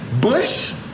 Bush